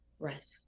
breath